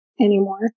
anymore